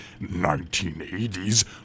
1980's